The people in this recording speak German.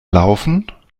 laufen